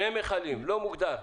לא מוגדר?